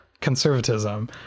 conservatism